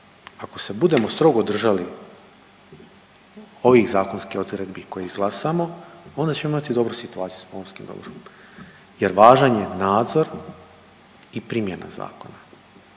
Ako se budemo strogo držali ovih zakonskih odredbi koje izglasamo onda ćemo imati dobru situaciju sa pomorskim dobrom, jer važan je nadzor i primjena zakona.